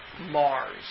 Mars